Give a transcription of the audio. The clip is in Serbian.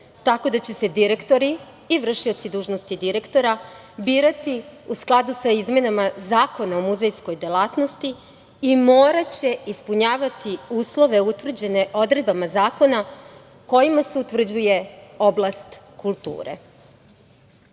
tako da će se direktori i vršioci dužnosti direktora, birati u skladu sa izmenama Zakona o muzejskoj delatnosti, i moraće ispunjavati uslove utvrđene odredbama zakona kojima se utvrđuje oblast kulture. Imajući